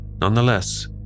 Nonetheless